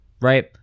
right